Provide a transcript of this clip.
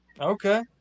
Okay